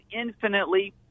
infinitely